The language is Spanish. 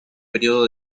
período